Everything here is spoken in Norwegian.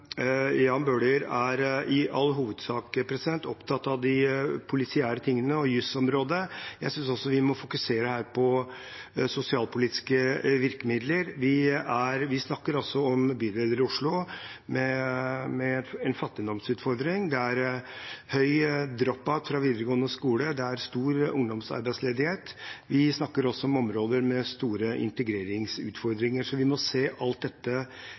Jan Bøhler er i all hovedsak opptatt av det polisiære og jusområdet; jeg synes også vi her må fokusere på sosialpolitiske virkemidler. Vi snakker altså om bydeler i Oslo med en fattigdomsutfordring. Det er høy drop-out fra videregående skole og stor ungdomsarbeidsledighet. Vi snakker også om områder med store integreringsutfordringer. Så vi må se alt dette